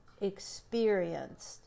experienced